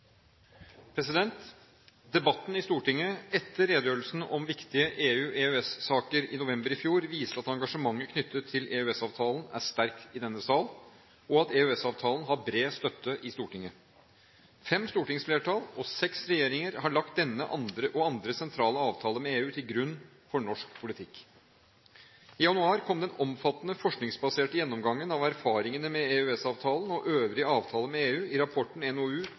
måte. Debatten i Stortinget etter redegjørelsen om viktige EU- og EØS-saker i november i fjor viste at engasjementet knyttet til EØS-avtalen er sterkt i denne sal, og at EØS-avtalen har bred støtte i Stortinget. Fem stortingsflertall og seks regjeringer har lagt denne avtalen og andre sentrale avtaler med EU til grunn for norsk politikk. I januar kom den omfattende forskningsbaserte gjennomgangen av erfaringene med EØS-avtalen og øvrige avtaler med EU i rapporten NOU